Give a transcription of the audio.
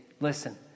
listen